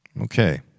okay